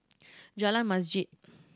Jalan Masjid